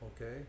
okay